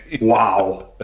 Wow